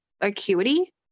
acuity